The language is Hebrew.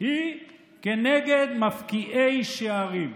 היא כנגד מפקיעי שערים.